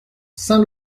saint